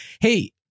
Hey